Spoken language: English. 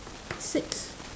six